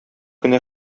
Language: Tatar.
кенә